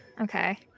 Okay